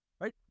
right